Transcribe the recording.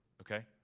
Okay